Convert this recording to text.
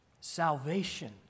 salvation